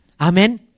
Amen